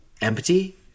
empty